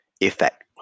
effect